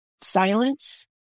silence